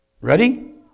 Ready